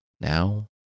Now